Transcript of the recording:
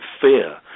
fear